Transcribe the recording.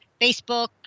Facebook